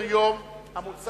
אין מתנגדים, אין נמנעים.